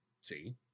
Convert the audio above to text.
See